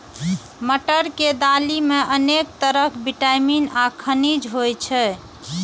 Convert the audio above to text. मटर के दालि मे अनेक तरहक विटामिन आ खनिज होइ छै